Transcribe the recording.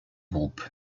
groupe